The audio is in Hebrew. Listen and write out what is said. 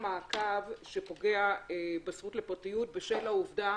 המעקב שפוגע בזכות לפרטיות בשל העובדה